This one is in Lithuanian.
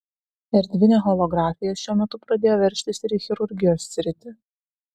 erdvinė holografija šiuo metu pradėjo veržtis ir į chirurgijos sritį